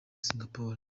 singapore